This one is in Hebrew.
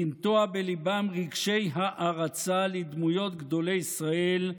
לנטוע בליבם רגשי הערצה לדמויות גדולי ישראל,